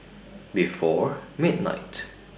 before midnight